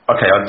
Okay